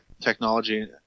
technology